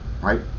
right